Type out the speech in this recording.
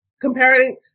Comparing